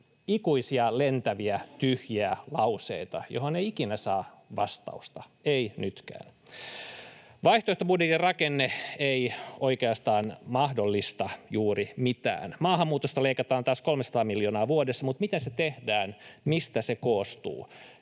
ikuisia lentäviä, tyhjiä lauseita, joihin ei ikinä saa vastausta. Ei nytkään. Vaihtoehtobudjetin rakenne ei oikeastaan mahdollista juuri mitään. Maahanmuutosta leikataan taas 300 miljoonaa vuodessa, mutta miten se tehdään, mistä se koostuu